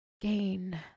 gain